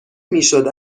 میشد